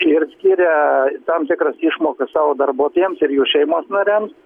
ir skiria tam tikras išmokas savo darbuotojams ir jų šeimos nariams